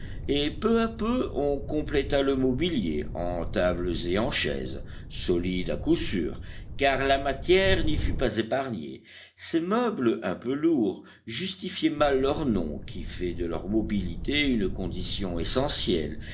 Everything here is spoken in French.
et peu à peu on compléta le mobilier en tables et en chaises solides à coup sûr car la matière n'y fut pas épargnée ces meubles un peu lourds justifiaient mal leur nom qui fait de leur mobilité une condition essentielle